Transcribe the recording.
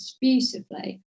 beautifully